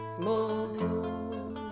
small